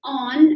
on